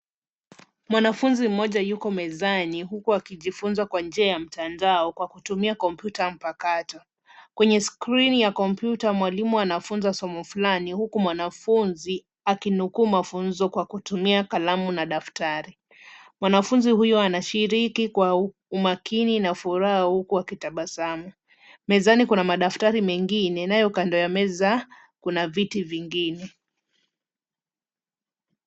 Mwanafunzi mmoja yuko mezani huku akijifunza kwa njia ya mtandao kwa kutumia kompyuta mpakato, kwenye skrini ya kompyuta mwalimu anafunza somo fulani huku mwanafunzi akinukuu mafunzo kwa kutumia kalamu na daftari ,mwanafunzi huyo anashiriki kwa umakini na furaha huku akitabasamu, mezani kuna madaftari mengine na kando ya meza kuna viti vingine.